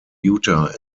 utah